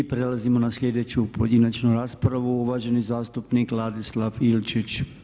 I prelazimo na sljedeću pojedinačnu raspravu, uvaženi zastupnik Ladislav Ilčić.